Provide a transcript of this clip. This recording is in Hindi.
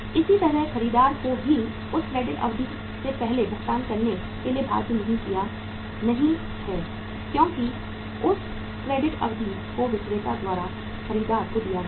इसी तरह खरीदार भी उस क्रेडिट अवधि से पहले भुगतान करने के लिए बाध्य नहीं है क्योंकि उस क्रेडिट अवधि को विक्रेता द्वारा खरीदार को दिया गया है